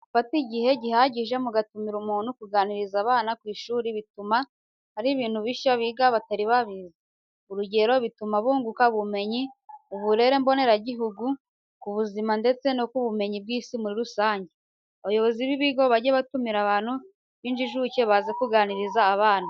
Gufata igihe gihagije mu gatumira umuntu kuganiriza abana ku ishuri, bituma hari ibintu bishya biga batari babizi. Urugero, bituma bunguka ubumenyi ku uburere mboneragihugu, ku ubuzima ndetse no ku bumenyi bw'isi muri rusange. Abayobozi b'ibigo bajye batumira abantu b'injijuke baze kuganiriza abana.